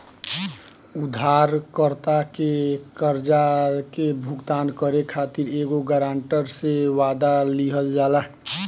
उधारकर्ता के कर्जा के भुगतान करे खातिर एगो ग्रांटर से, वादा लिहल जाला